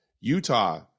Utah